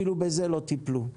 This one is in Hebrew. אפילו זה לא טיפלו.